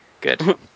Good